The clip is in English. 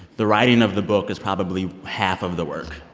the writing of the book is probably half of the work.